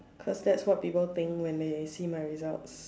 cause that's what people think when they see my results